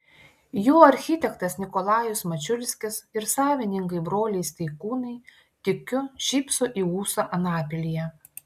jo architektas nikolajus mačiulskis ir savininkai broliai steikūnai tikiu šypso į ūsą anapilyje